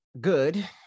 Good